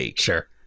Sure